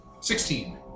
Sixteen